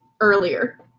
earlier